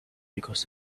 because